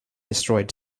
destroyed